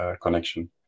connection